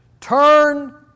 Turn